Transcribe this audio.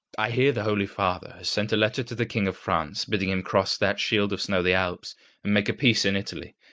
i hear the holy father has sent a letter to the king of france bidding him cross that shield of snow, the alps, and make a peace in italy,